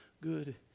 good